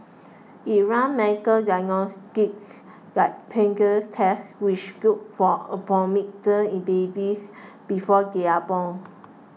it runs medical diagnostics like prenatal tests which look for abnormalities in babies before they are born